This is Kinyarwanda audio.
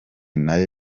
nayo